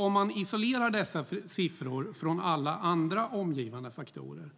Om man isolerar dessa siffror från alla andra omgivande faktorer